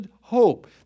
hope